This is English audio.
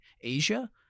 Asia